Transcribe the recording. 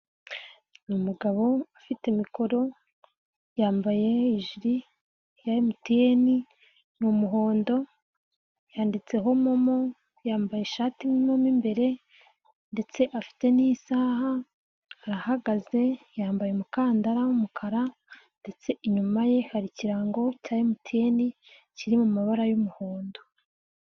Ni umugabo afite mikoro, yambaye ijiri ya MTN, ni umuhondo yanditseho MOMO, yambaye ishati irimo mo imbere ndetse afite n'isaha, arahagaze, yambaye umukandara w'umukara ndetse inyuma ye hari ikirango cya MTN kiri mu mabara y'umuhondo.